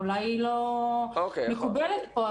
אולי היא לא מקובלת פה.